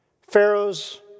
Pharaohs